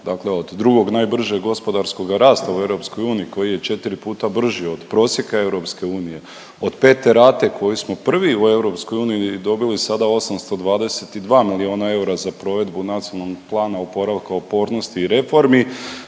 Dakle, od drugog najbržeg gospodarskog rasta u EU koji je četiri puta brži od EU od pete rate koji smo prvi u EU dobili sada 822 milijuna eura za provedbu NOOO-a i reformi